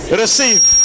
receive